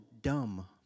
dumb